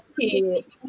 kids